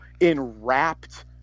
enwrapped